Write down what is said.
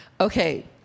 Okay